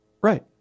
Right